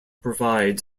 provides